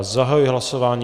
Zahajuji hlasování.